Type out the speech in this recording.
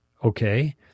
Okay